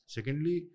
Secondly